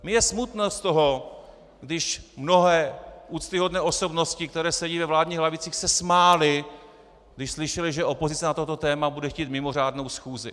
Mně je smutno z toho, když mnohé úctyhodné osobnosti, které sedí ve vládních lavicích, se smály, když slyšely, že opozice na toto téma bude chtít mimořádnou schůzi.